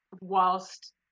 whilst